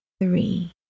three